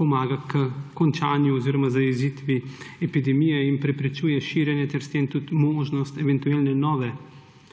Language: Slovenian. pomaga h končanju oziroma zajezitvi epidemije in preprečuje širjenje ter s tem tudi možnost eventualne nove